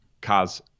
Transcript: cause